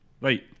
right